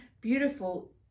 beautiful